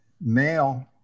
male